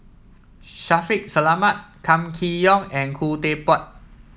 Shaffiq Selamat Kam Kee Yong and Khoo Teck Puat